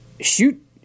shoot